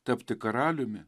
tapti karaliumi